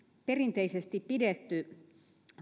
perinteisesti pidetty